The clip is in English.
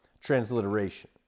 transliteration